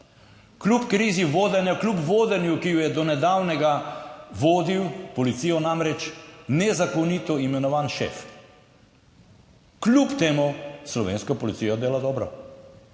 Kljub krizi vodenja, kljub vodenju, ki jo je do nedavnega vodil policijo namreč nezakonito imenovan šef, kljub temu Slovenska policija dela dobro,